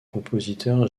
compositeur